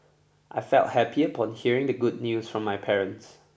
I felt happy upon hearing the good news from my parents